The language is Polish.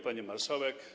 Pani Marszałek!